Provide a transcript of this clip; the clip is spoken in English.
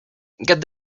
get